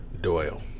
Doyle